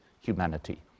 humanity